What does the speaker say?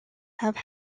have